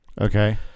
Okay